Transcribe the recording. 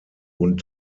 und